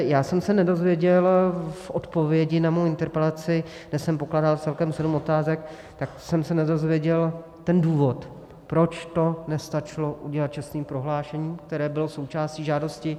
Já jsem se nedozvěděl v odpovědi na svou interpelaci, kde jsem pokládal celkem sedm otázek, tak jsem se nedozvěděl ten důvod, proč to nestačilo udělat čestným prohlášením, které bylo součástí žádosti.